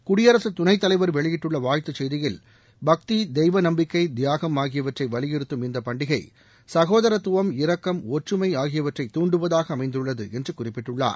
குடியரசு துணைத் தலைவர் வெளியிட்டுள்ள வாழ்த்து செய்தியில் பக்தி தெய்வ நம்பிக்கை தியாகம் ஆகியவற்றை வலிபுறுத்தும் இந்த பண்டிகை சகோதரத்துவம் இரக்கம் ஒற்றுமை ஆகியவற்றை துண்டுவதாக அமைந்துள்ளது என்று குறிப்பிட்டுள்ளார்